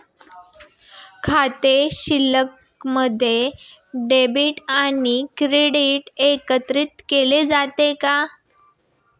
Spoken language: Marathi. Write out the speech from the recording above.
खाते शिल्लकमध्ये डेबिट आणि क्रेडिट एकत्रित केले जातात का?